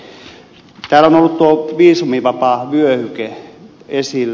täällä on ollut viisumivapaa vyöhyke esillä